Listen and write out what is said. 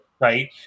right